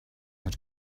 had